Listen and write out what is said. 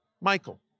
Michael